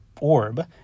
Orb